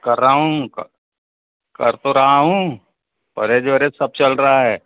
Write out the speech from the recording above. कर रहा हूँ कर कर तो रहा हूँ परहेज़ वर्हेज़ सब चल रहा है